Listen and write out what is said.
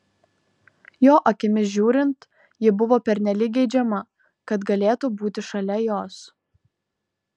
jo akimis žiūrint ji buvo pernelyg geidžiama kad galėtų būti šalia jos